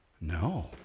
No